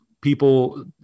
people